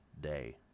day